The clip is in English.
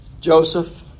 Joseph